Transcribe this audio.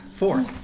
Four